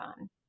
on